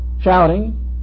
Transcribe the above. shouting